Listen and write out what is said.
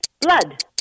Blood